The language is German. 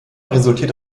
resultiert